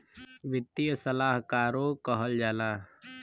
वित्तीय सलाहकारो कहल जाला